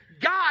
God